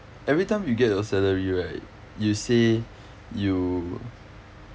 every time you get you salary right you say you say you